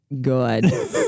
good